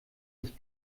sich